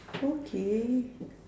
okay